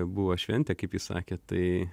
buvo šventė kaip jis sakė tai